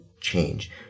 change